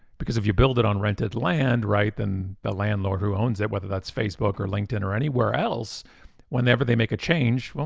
because if you build it on rented land, then the landlord who owns it, whether that's facebook or linkedin or anywhere else whenever they make a change, well,